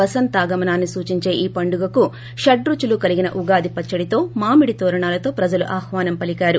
వసంతగమనాన్ని సూచించే ఈ పండుగకు షడ్బచులు కలిగిన ఉగాది పచ్చడితో మావిడితోరణాలతో ప్రజలు ఆహ్వానం పలికారు